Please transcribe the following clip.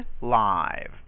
live